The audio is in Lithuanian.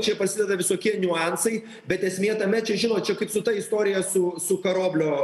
čia prasideda visokie niuansai bet esmė tame čia žinot čia kaip su ta istorija su su karoblio